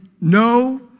No